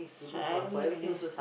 I don't give a damn